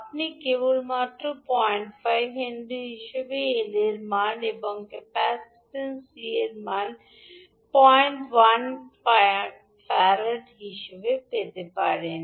আপনি কেবলমাত্র 05 হেনরি হিসাবে L এর মান এবং ক্যাপাসিট্যান্স সি এর মান 01 ফারাড হিসাবে পেতে পারেন